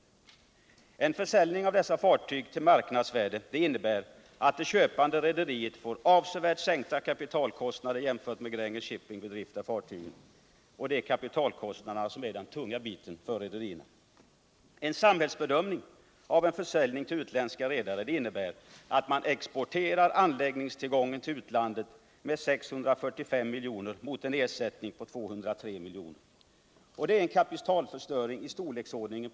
Samtidigt är det en subventionering av utländska redare i motsvarande grad. Dessa fartyg. herr talman, är kombinationsfartyg som kan frakta olja. spannmål. koloch malm. Vi för i Sverige en neutralitetspolitik som riksdagen har fastslagit. Ifrågavarande fartyg är lämpliga för lejdtrafik, något som vi måste ha i händelse av avspärrning. Vi får inte glömma den svenska handelsflottans stora del av förtjänsten, att vi under andra världskriget klarade oss försörjningsmässigt så bra som vi gjorde. Från socialdemokratiskt håll har vi krävt en utredning om ett samhälleligt engagemang i sjöfartsbranschen. Detta krav har inte mött något gehör. Men kan det inte nu vara dags att med snabbhet och kraft gripa sig an de akuta problem vi står inför?